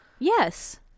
Yes